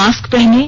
mask पहनें